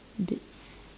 bits